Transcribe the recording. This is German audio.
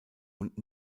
und